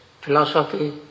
philosophy